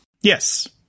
Yes